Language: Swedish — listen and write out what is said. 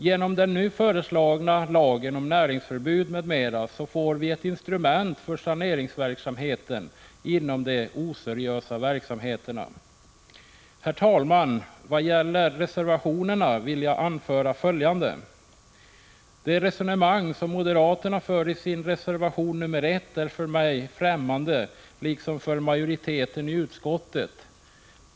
Genom den nu föreslagna lagen om näringsförbud m.m. får vi ett instrument för saneringen inom de oseriösa verksamheterna. Herr talman! Vad gäller reservationerna vill jag anföra följande: De resonemang som moderaterna för i sin reservation nr 1 är främmande för mig, liksom för majoriteten i utskottet.